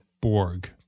Borg